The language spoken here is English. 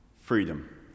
Freedom